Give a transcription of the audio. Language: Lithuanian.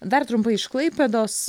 dar trumpai iš klaipėdos